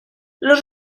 los